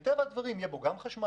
ואז מטבע הדברים יהיה בו חשמל,